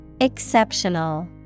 Exceptional